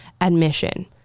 admission